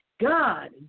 God